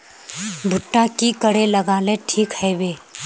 भुट्टा की करे लगा ले ठिक है बय?